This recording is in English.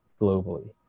globally